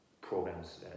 programs